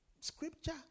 Scripture